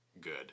good